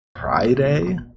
Friday